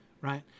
right